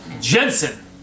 Jensen